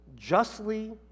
Justly